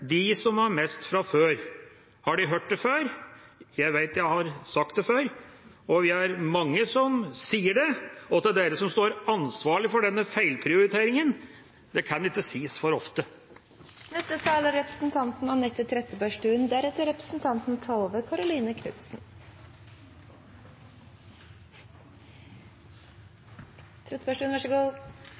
de som har mest fra før. Har dere hørt det før? Jeg vet jeg har sagt det før, og vi er mange som sier det. Og til dere som står ansvarlige for denne feilprioriteringen: Det kan ikke sies for ofte. Fortellingen om Norge er